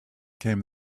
came